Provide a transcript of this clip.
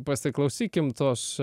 pasiklausykim tos